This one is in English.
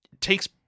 takes